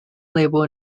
label